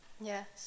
yes